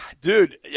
Dude